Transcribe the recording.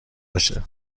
باشه